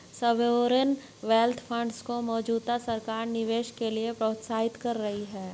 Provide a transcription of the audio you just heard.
sovereign wealth funds को मौजूदा सरकार निवेश के लिए प्रोत्साहित कर रही है